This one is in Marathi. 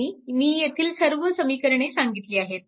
आणि मी येथील सर्व समीकरणे सांगितली आहेत